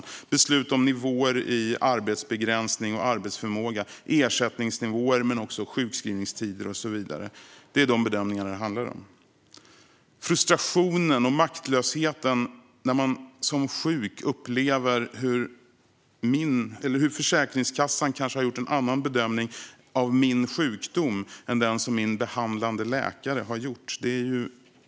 Det handlar också om beslut om nivåer i arbetsbegränsning och arbetsförmåga, ersättningsnivåer, sjukskrivningstider och så vidare. Det hela handlar om den frustration och maktlöshet man som sjuk upplever när Försäkringskassan kanske har gjort en annan bedömning av ens sjukdom än den som den egna behandlande läkaren har gjort.